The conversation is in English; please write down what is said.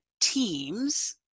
teams